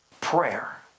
Prayer